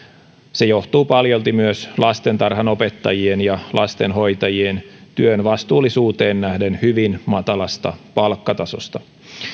se johtuu paljolti myös lastentarhanopettajien ja lastenhoitajien työn vastuullisuuteen nähden hyvin matalasta palkkatasosta